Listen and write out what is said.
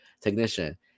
technician